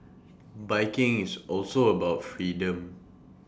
biking is also about freedom